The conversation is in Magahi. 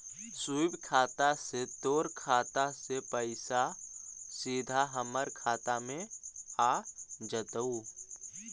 स्वीप खाता से तोर खाता से पइसा सीधा हमर खाता में आ जतउ